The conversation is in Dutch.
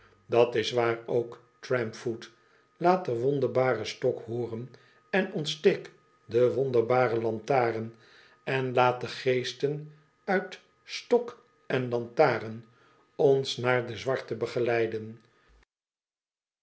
dat is waar ook trampfoot laat den wonderbaren stok hooren en ontsteek de wonderbare lantaarn en laat de geesten uit stok en lantaren ons naar de zwarten begeleiden